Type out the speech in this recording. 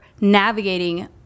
navigating